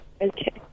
Okay